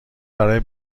برای